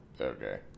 Okay